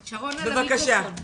בבקשה,